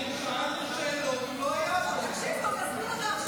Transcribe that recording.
תאמר: לא הייתי בדיון, אז אין לי מה לסכם.